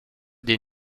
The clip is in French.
des